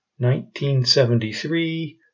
1973